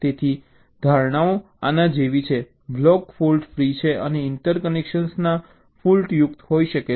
તેથી ધારણાઓ આના જેવી છે બ્લોક ફૉલ્ટ ફ્રી છે અને ઇન્ટરકનેક્શન ફૉલ્ટયુક્ત હોઈ શકે છે